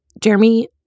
Jeremy